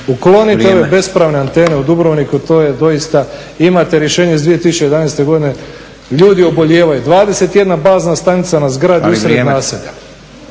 uklonite ove bespravne antene u Dubrovniku to je doista, imate rješenje iz 2011.ljudi obolijevaju. 21 bazna stanica na zgradi usred naselja.